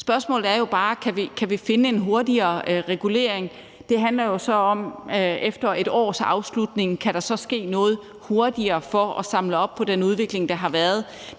Spørgsmålet er bare, om vi kan finde en hurtigere regulering. Det handler jo om, om der efter afslutningen af første år så kan ske noget hurtigere for at samle op på den udvikling, der har været.